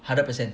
hundred percent